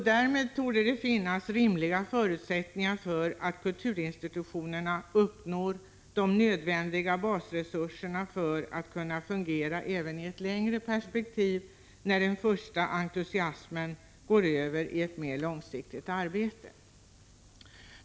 Därmed torde det finnas rimliga förutsättningar för att kulturinstitutionerna uppnår de nödvändiga basresurserna för att kunna fungera även i ett längre perspektiv, när den första entusiasmen går över i ett mer långsiktigt arbete.